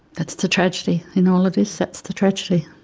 that's the tragedy in all of this, that's the tragedy.